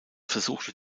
versuchte